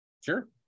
sure